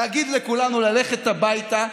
להגיד לכולנו ללכת הביתה,